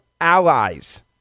allies